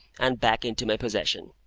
and back into my possession.